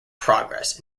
progress